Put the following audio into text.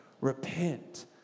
Repent